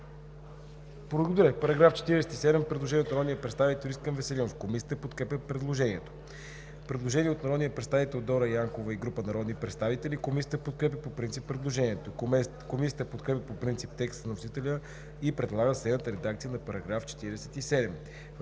По § 47 има предложение от народния представител Искрен Веселинов. Комисията подкрепя предложението. Предложение от народния представител Дора Янкова и група народни представители. Комисията подкрепя по принцип предложението. Комисията подкрепя по принцип текста на вносителя и предлага следната редакция на § 47: „§ 47.